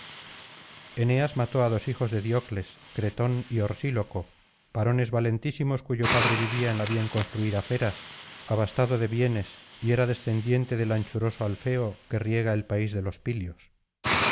eneas mató á dos hijos de diocles cretón y orsíloco varones valentísimos cuyo padre vivía en la bien construida peras abastado de bienes y era descendiente del anchuroso alfeo que riega el país de los pillos